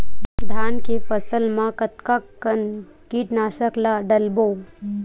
धान के फसल मा कतका कन कीटनाशक ला डलबो?